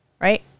Right